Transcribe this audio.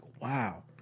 wow